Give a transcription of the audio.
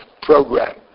program